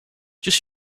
just